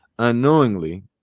unknowingly